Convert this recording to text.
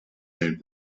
same